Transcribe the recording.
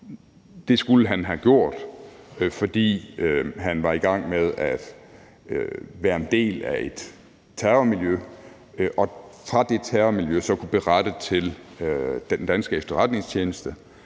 Det skulle han have gjort, fordi han på det tidspunkt var en del af et terrormiljø og fra det terrormiljø så kunne berette til den danske efterretningstjeneste,